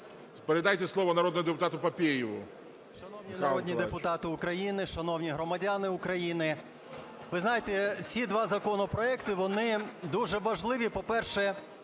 Передайте слово народному депутату Папієву.